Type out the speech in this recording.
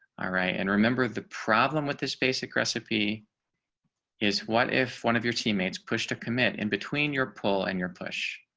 ah right. and remember, the problem with this basic recipe is what if one of your teammates push to commit in between your pole and your push